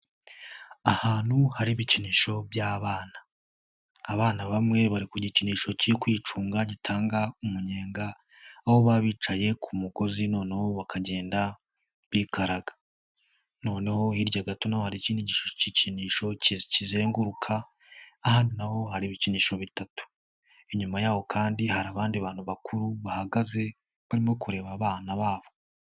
Ahantu hari ibikinisho by'abana, abana bamwe bari ku gikinisho cyo kwicunga gitanga umunyenga, aho baba bicaye ku mugozi noneho bakagenda bikaraga, noneho hirya gato hari ikindi gikinisho kizenguruka, naho hari ibikinisho bitatu, inyuma yaho kandi hari abandi bantu bakuru bahagaze barimo kureba abana babo.